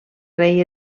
rei